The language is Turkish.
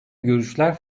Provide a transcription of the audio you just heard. görüşler